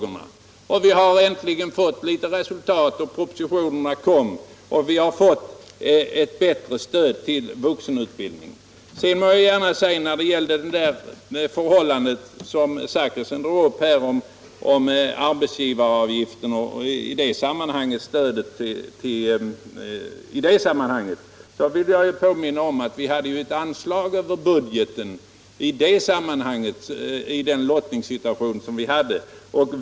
Vi har Allmänpolitisk debatt Allmänpolitisk debatt äntligen fått litet resultat. Propositionerna kom, och vi har fått ett bättre stöd till vuxenutbildningen. Herr Zachrisson tog här upp arbetsgivaravgiften och stödet i det sammanhanget. Jag vill påminna om att vi hade ett anslag över budgeten i den lottningssituation som förelåg.